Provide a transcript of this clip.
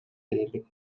ээлик